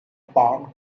palm